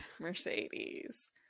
Mercedes